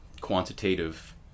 quantitative